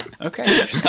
Okay